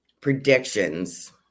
predictions